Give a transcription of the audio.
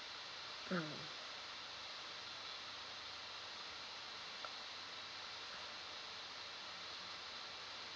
mm